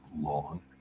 long